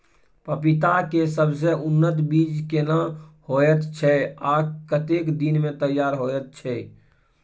पपीता के सबसे उन्नत बीज केना होयत छै, आ कतेक दिन में तैयार होयत छै?